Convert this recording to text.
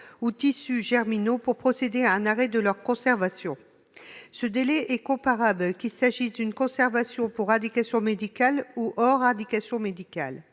ou tissus germinaux pour procéder à un arrêt de leur conservation. Ce délai est le même qu'il s'agisse d'une conservation sur indication médicale ou hors indication médicale.